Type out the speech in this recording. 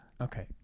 Okay